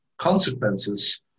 consequences